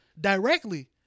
directly